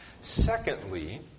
Secondly